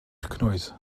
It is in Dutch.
geknoeid